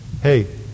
Hey